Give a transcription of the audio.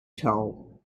toll